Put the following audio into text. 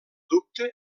dubte